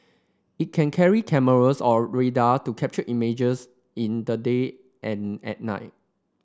it can carry cameras or radar to capture images in the day and at night